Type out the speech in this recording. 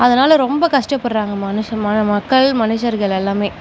அதனால் ரொம்ப கஷ்ட்டப்படுகிறாங்க மனுஷ மக்கள் மனுஷர்கள் எல்லாமே